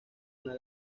una